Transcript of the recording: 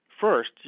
First